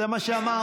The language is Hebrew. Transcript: זה מה שאמרתי.